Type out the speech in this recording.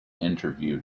interview